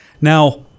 Now